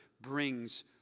brings